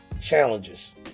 challenges